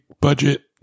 budget